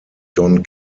don